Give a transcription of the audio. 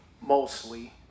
mostly